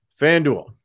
FanDuel